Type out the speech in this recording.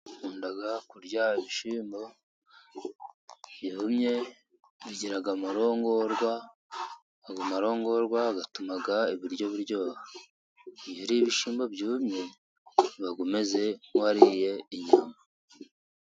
Nkunda kurya ibishyimbo byumye, bigira amarongorwa, ayo marongorwa atuma ibiryo biryoha, iyo uriye ibishyimbo byumye uba umeze nk'uriye inyama.